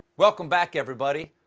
welcome back, everybody.